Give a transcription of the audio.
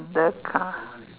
the car